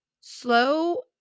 slow